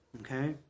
okay